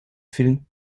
film